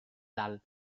dalt